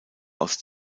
aus